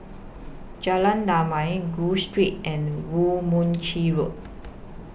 Jalan Damai Gul Street and Woo Mon Chew Road